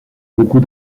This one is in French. beaucoup